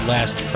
Last